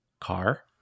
car